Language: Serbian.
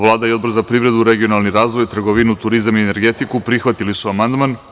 Vlada i Odbor za privredu, regionalni razvoj, trgovinu, turizam i energetiku prihvatili su amandman.